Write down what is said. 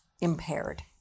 impaired